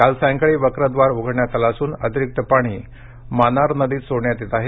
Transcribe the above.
काल सायंकाळी वक्रव्दार उघडण्यात आले असून अतिरिक्त पाणी मानार नदीत सोडण्यात येत आहे